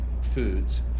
foods